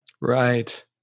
Right